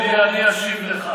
אז אני אשיב לך.